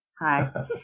Hi